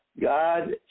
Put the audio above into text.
God